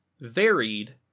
varied